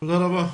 תודה רבה.